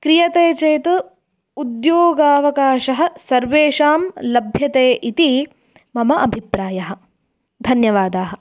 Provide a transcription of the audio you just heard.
क्रियते चेत् उद्योगावकाशः सर्वेषां लभ्यते इति मम अभिप्रायः धन्यवादाः